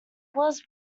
was